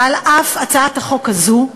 ועל אף הצעת החוק הזאת,